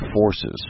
forces